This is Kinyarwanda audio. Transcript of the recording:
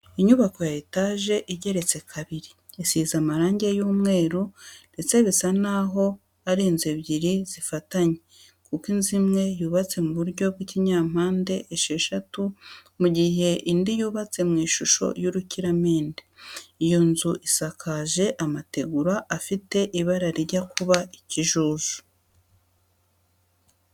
Inyubako ya etaje igeretse kabiri, isize amarange y'umweru ndetse bisa n'aho ari inzu ebyiri zifatanye kuko inzu imwe yubatse mu buryo bw'ikinyampande esheshatu mu gihe indi yubatse mu ishusho y'urukiramende, iyo nzu isakaje amategura afite ibara rijya kuba ikijuju.